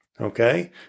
Okay